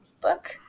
book